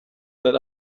that